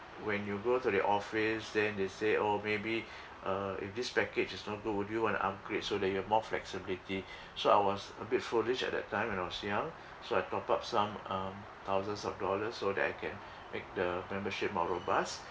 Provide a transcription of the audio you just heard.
when you go to the office then they say oh maybe uh if this package is not good would you want to upgrade so that you have more flexibility so I was a bit foolish at that time when I was young so I top up some um thousands of dollars so that I can make the membership more robust